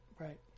Right